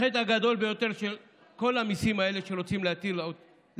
החטא הגדול ביותר של כל המיסים האלה שרוצים להטיל